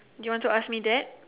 you want to ask me that